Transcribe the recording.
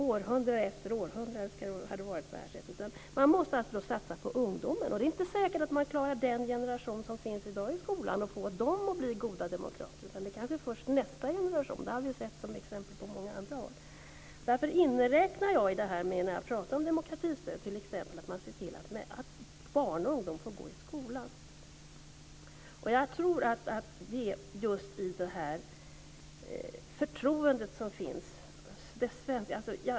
Århundrade efter århundrade har det varit på det här sättet. Man måste satsa på ungdomen. Men det är inte säkert att man klarar att få den generation som i dag finns i skolan att bli goda demokrater. Det går kanske först i nästa generation. Det har vi sett exempel på på många andra håll. Därför inräknar jag, när jag pratar om demokratistöd, t.ex. att man ser till att barn och ungdom får gå i skolan. Jag tror också just på det förtroende som finns.